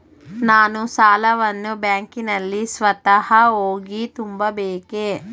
ನಾನು ಸಾಲವನ್ನು ಬ್ಯಾಂಕಿನಲ್ಲಿ ಸ್ವತಃ ಹೋಗಿ ತುಂಬಬೇಕೇ?